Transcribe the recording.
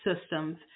systems